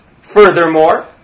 Furthermore